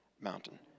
mountain